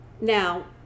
Now